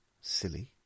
silly